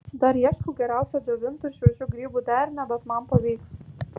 dar ieškau geriausio džiovintų ir šviežių grybų derinio bet man pavyks